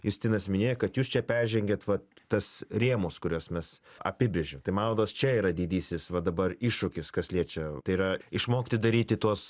justinas minėjo kad jūs čia peržengiat vat tas rėmus kuriuos mes apibrėžėm tai man rodos čia yra didysis va dabar iššūkis kas liečia tai yra išmokti daryti tuos